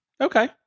Okay